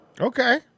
Okay